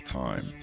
time